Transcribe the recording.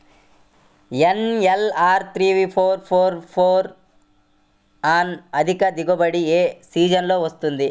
NLR three four four four nine అధిక దిగుబడి ఏ సీజన్లలో వస్తుంది?